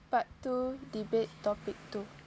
part two debate topic two